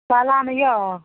कालामे यऽ